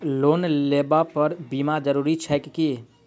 Loan लेबऽ पर बीमा जरूरी छैक की?